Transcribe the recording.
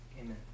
Amen